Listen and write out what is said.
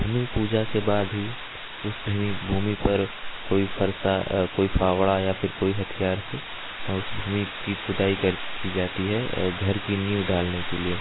भूमि पूजा के बाद ही उस भूमि पर कोई फरसा कोई फावड़ा या फ़िर कोई हथियार से उस भूमि की खुदाई की जाती है घर की नीव डालने के लिए